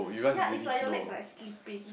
ya it's like your legs are like slipping